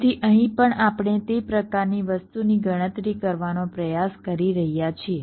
તેથી અહીં પણ આપણે તે પ્રકારની વસ્તુની ગણતરી કરવાનો પ્રયાસ કરી રહ્યા છીએ